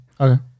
Okay